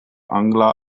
angla